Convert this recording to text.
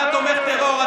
אתה תומך טרור.